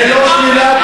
זה לא שלילת,